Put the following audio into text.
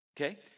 okay